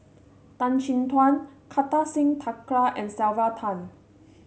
Tan Chin Tuan Kartar Singh Thakral and Sylvia Tan